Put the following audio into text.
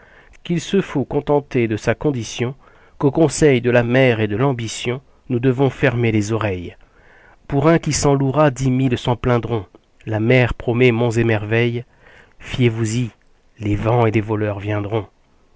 qu'il se faut contenter de sa condition qu'aux conseils de la mer et de l'ambition nous devons fermer les oreilles pour un qui s'en louera dix mille s'en plaindront la mer promet monts et merveilles fiez-vous-y les vents et les voleurs viendront